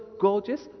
gorgeous